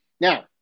Now